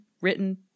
written